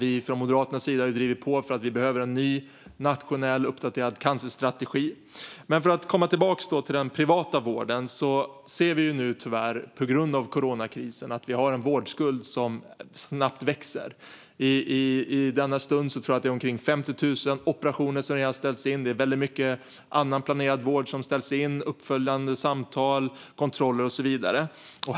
Moderaterna har drivit på för en ny och uppdaterad nationell cancerstrategi. Jag vill komma tillbaka till den privata vården. Nu ser vi tyvärr att vi på grund av coronakrisen har en vårdskuld som växer snabbt. I denna stund tror jag att det är omkring 50 000 operationer som har ställts in. Mycket annan planerad vård, som uppföljande samtal, kontroller och så vidare, ställs in.